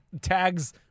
tags